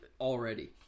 already